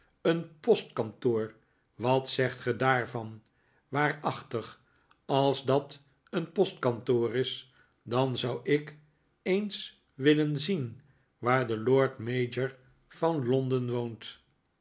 een postkantoor wat zegt ge daarvan waarachtig als dat een postkantoor is dan zou ik eens willen zien waar de lord mayor van londen woont